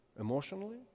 emotionally